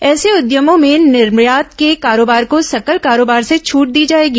ऐसे उद्यमों में निर्यात से कारोबार को सकल कारोबार से छट दी जाएगी